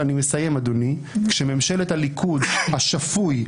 כשממשלת הליכוד השפוי,